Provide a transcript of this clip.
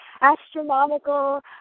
astronomical